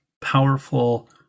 powerful